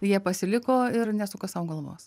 jie pasiliko ir nesuka sau galvos